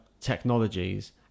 technologies